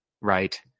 right